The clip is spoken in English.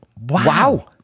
Wow